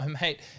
mate